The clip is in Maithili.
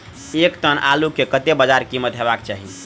एक टन आलु केँ कतेक बजार कीमत हेबाक चाहि?